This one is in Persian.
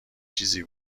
چیزی